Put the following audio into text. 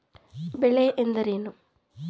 ಬೆಳೆ ಎಂದರೇನು?